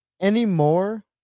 anymore